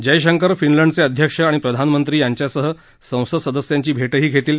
ते फिनलंडचे अध्यक्ष आणि प्रधानमंत्री यांच्यासह संसद सदस्यांची भेटही घेतील